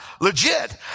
legit